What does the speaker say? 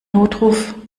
notruf